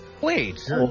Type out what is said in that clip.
Wait